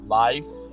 life